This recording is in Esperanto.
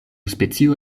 specio